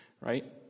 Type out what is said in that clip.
right